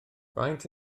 faint